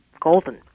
golden